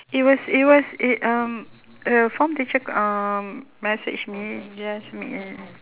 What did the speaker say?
it was it was it um the form teacher um message me just in